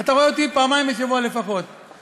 אתה רואה אותי פעמיים בשבוע לפחות,